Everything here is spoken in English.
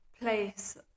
place